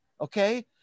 Okay